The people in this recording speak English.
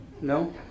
No